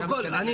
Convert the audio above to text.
לפרוטוקול,